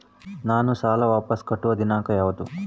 ನಾನು ಸಾಲ ವಾಪಸ್ ಕಟ್ಟುವ ದಿನಾಂಕ ಯಾವುದು?